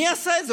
מי עשה את זה?